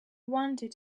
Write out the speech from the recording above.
wondered